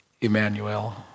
Emmanuel